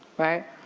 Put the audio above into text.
right,